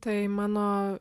tai mano